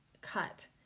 cut